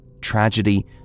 tragedy